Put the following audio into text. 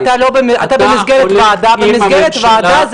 אתה הולך עם הממשלה --- אתה במסגרת ועדה,